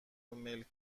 میل